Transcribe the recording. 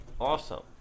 Awesome